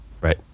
Right